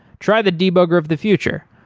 try the debugger of the future,